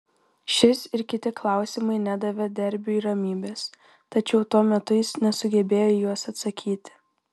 šis ir kiti klausimai nedavė derbiui ramybės tačiau tuo metu jis nesugebėjo į juos atsakyti